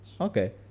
Okay